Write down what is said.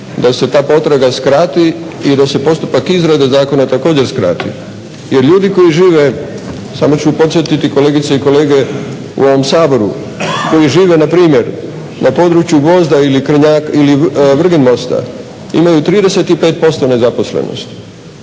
da se ta potraga skrati i da se postupak izrade zakona također skrati. Jer ljudi koji žive samo ću podsjetiti, kolegice i kolege u ovom saboru koji žive npr. na području Gvozda ili Vrgin Mosta, imaju 35% nezaposlenosti,